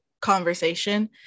conversation